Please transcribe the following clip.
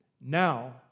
Now